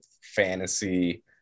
fantasy